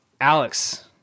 Alex